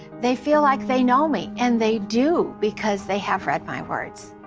they feel like they know me. and they do. because they have read my words.